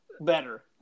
better